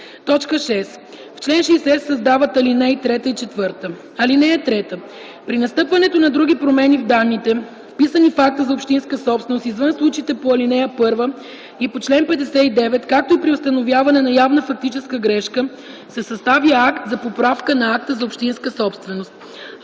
6. В чл. 60 се създават ал. 3 и 4: „(3) При настъпване на други промени в данните, вписани в акта за общинска собственост, извън случаите по ал. 1 и по чл. 59, както и при установяване на явна фактическа грешка, се съставя акт за поправка на акта за общинска собственост.